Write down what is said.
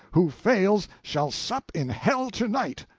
who fails shall sup in hell to-night!